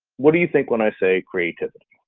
what do you think when i say creativity?